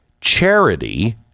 Charity